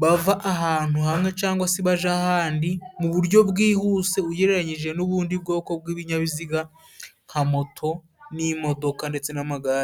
bava ahantu hamwe cangwa se baja ahandi mu buryo bwihuse, ugereranyije n'ubundi bwoko bw'ibinyabiziga nka moto n'imodoka ndetse n'amagare.